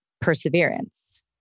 perseverance